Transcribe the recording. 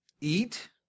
Eat